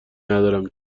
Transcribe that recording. ندارم